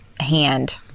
hand